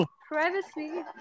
Privacy